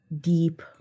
deep